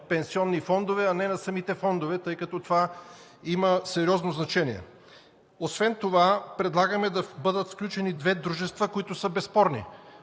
пенсионни фондове, а не на самите фондове, тъй като това има сериозно значение. Освен това предлагаме да бъдат включени две дружества, които са безспорни,